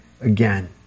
Again